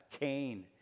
Cain